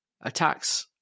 attacks